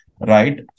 Right